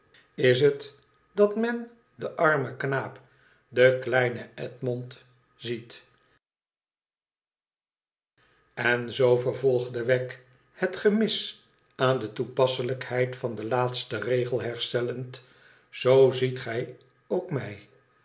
is t dat men d armen knaap den kleinen edmond ziet en zoo vervolgde wegg het gemis aan de toepasselijkheid van den laatsten regel herstellend zoo ziet gij ook mij